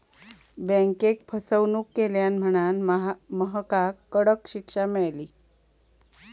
बँकेक फसवणूक केल्यान म्हणांन महकाक कडक शिक्षा मेळली